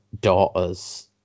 Daughters